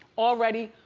already,